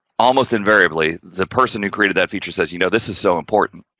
almost invariably, the person who created that feature says, you know, this is so important.